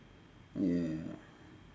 ya